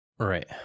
Right